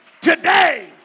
today